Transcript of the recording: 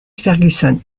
ferguson